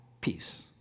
peace